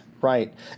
Right